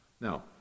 now